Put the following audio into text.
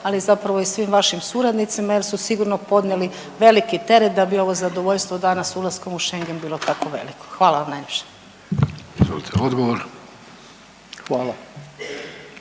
ali zapravo i svim vašim suradnicima jer su sigurno podnijeli veliki teret da bi ovo zadovoljstvo danas ulaskom u Schengen bilo tako veliko, hvala vam najljepša. **Vidović,